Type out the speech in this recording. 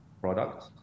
product